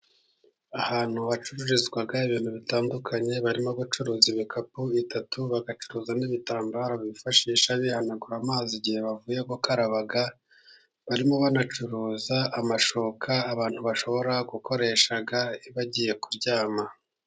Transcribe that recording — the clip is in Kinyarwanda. Ahantu hacururizwa ibintu bitandukanye, barimo bacuruza ibikapu bitatu, bagacuruzamo ibitambaro bifashisha bihanagura amazi, igihe bavuye gukaraba. Barimo banacuruza amashuka, abantu bashobora gukoresha bagiye kuryama.